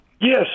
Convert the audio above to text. Yes